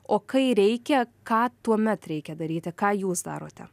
o kai reikia ką tuomet reikia daryti ką jūs darote